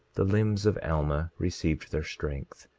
the limbs of alma received their strength,